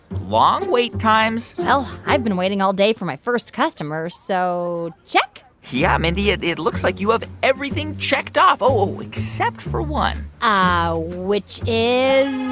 long wait times well, i've been waiting all day for my first customer. so check ah mindy. ah it looks like you have everything checked off oh, except for one ah which is?